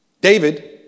David